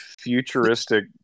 futuristic